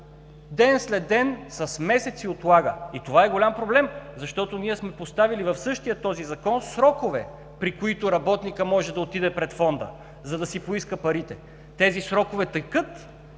ден след ден отлага с месеци. Това е голям проблем, защото ние сме поставили в същия този Закон срокове, при които работникът може да отиде пред Фонда, за да си поиска парите. Тези срокове текат,